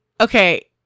okay